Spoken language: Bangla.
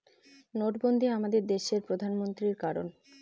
নোটবন্ধী আমাদের দেশের প্রধানমন্ত্রী করান